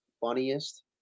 funniest